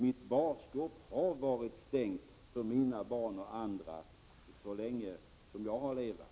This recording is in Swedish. Mitt barskåp har varit stängt för mina barn och andras så länge jag har levat.